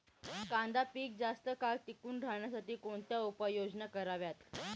कांदा पीक जास्त काळ टिकून राहण्यासाठी कोणत्या उपाययोजना कराव्यात?